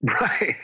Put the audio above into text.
Right